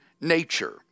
nature